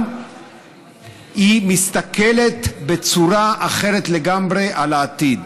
והיא מסתכלת בצורה אחרת לגמרי על העתיד.